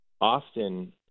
often